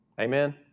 Amen